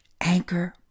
Anchor